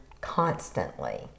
constantly